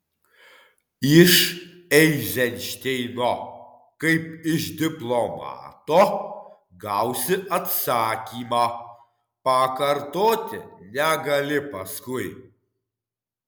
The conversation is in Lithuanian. iš eizenšteino kaip iš diplomato gausi atsakymą pakartoti negali paskui